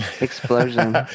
explosion